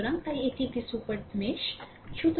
সুতরাং তাই এটি একটি সুপার mesh